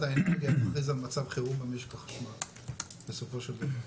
האנרגיה יכריז על מצב חירום במשק החשמל בסופו של דבר,